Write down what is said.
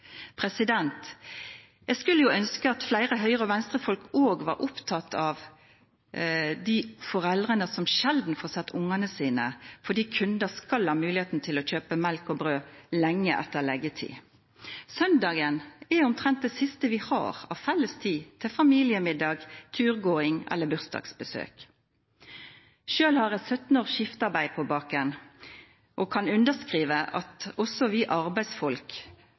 Jeg skulle ønske at flere Høyre- og Venstre-folk også var opptatt av de foreldrene som sjelden får sett ungene sine, fordi kunder skal ha muligheten til å kjøpe melk og brød lenge etter leggetid. Søndagen er omtrent det siste vi har av felles tid – til familiemiddag, turgåing eller gebursdagsbesøk. Selv har jeg 17 års skiftarbeid på baken og kan underskrive på at også vi arbeidsfolk